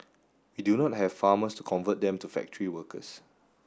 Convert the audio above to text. we do not have farmers to convert them to factory workers